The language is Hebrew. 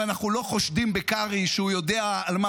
הרי אנחנו לא חושדים בקרעי שהוא יודע על מה